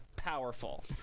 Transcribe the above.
Powerful